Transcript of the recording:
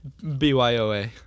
BYOA